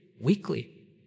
weekly